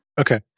Okay